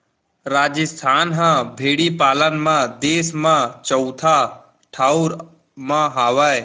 राजिस्थान ह भेड़ी पालन म देस म चउथा ठउर म हावय